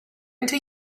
until